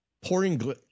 Pouring